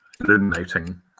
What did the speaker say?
illuminating